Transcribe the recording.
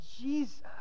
Jesus